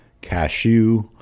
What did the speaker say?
cashew